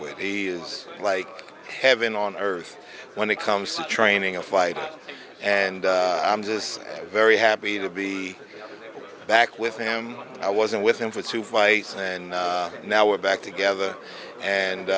with he is like heaven on earth when it comes to training a fight and i'm just very happy to be back with him i wasn't with him for two fights and now we're back together and